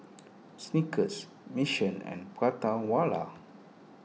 Snickers Mission and Prata Wala